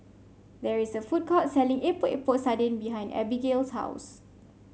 there is a food court selling Epok Epok Sardin behind Abigale's house